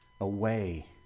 away